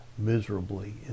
miserably